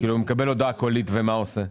הוא מקבל הודעה קולית ומה הוא עושה?